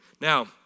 Now